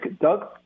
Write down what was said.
Doug